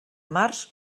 març